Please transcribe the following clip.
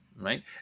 right